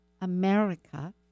America